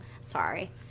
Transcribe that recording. Sorry